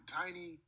tiny